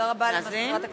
תודה רבה למזכירת הכנסת.